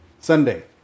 Sunday